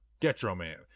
GetRoman